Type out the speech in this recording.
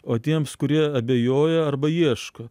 o tiems kurie abejoja arba ieško